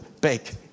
bake